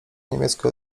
niemieckie